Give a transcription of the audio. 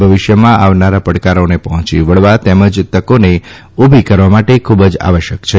ભવિષ્યમાં આવનાર પડકારોને પહોંચી વળવા તેમજ તકોને ઉભી કરવા માટે ખુબ જ આવશ્યક છે